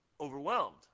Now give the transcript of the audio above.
overwhelmed